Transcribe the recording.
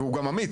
והוא גם אמיץ,